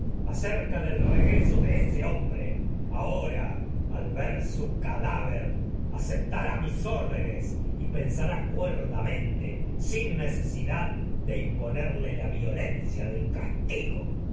esperanzas del regreso hombre ahora al ver su sará cadáver aceptará sin mis órdenes y pen cuerdamente del necesidad de imponerle la vio lencia castigo